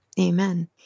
Amen